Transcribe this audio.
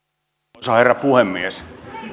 arvoisa herra puhemies